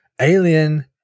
Alien